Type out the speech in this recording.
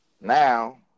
Now